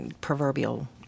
proverbial